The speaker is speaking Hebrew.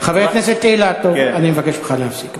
חבר הכנסת אילטוב, אני מבקש ממך להפסיק.